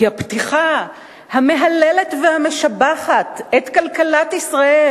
כי הפתיחה המהללת והמשבחת את כלכלת ישראל